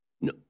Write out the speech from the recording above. No